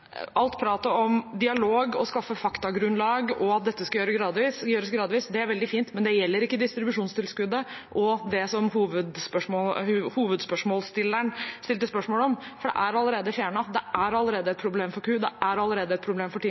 Alt pratet om dialog og å skaffe faktagrunnlag og at dette skal gjøres gradvis, er veldig fint, men det gjelder ikke distribusjonstilskuddet og det som hovedspørsmålsstilleren stilte spørsmål om. Det er allerede fjernet, det er allerede et problem for Q-Meieriene, det er allerede et problem for